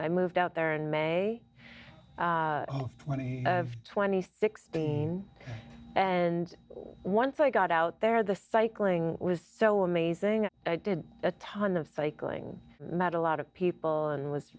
i moved out there in may twenty twenty sixteen and once i got out there the cycling was so amazing i did a ton of cycling met a lot of people and was